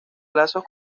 lazos